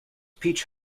peach